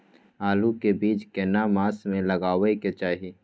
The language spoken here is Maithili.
आलू के बीज केना मास में लगाबै के चाही?